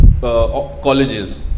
colleges